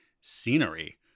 scenery